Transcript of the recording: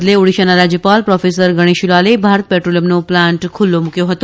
તેમના બદલે ઓડીશાના રાજ્યપાલ પ્રોફેસર ગણેશીલાલે ભારત પેટ્રોલીયમનો પ્લાન્ટ ખુલ્લો મૂક્યો હતો